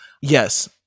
yes